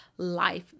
life